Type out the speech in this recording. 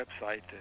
website